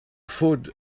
food